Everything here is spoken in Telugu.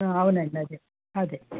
అవునండి అదే అదే